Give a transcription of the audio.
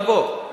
אבל בוא,